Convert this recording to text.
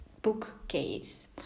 bookcase